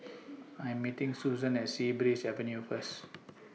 I Am meeting Suzan At Sea Breeze Avenue First